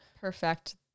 perfect